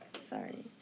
sorry